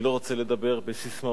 אני לא רוצה לדבר בססמאות,